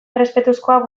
errespetuzkoa